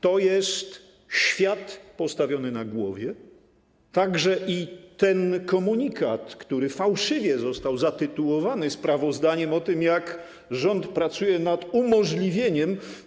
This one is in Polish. To jest świat postawiony na głowie, także ten komunikat, który fałszywie został zatytułowany sprawozdaniem, informacją o tym, jak rząd pracuje nad umożliwieniem.